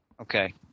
Okay